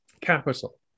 capital